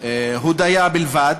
הודיה בלבד,